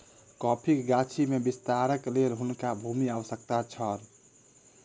कॉफ़ीक गाछी में विस्तारक लेल हुनका भूमिक आवश्यकता छल